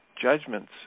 judgments